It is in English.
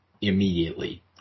immediately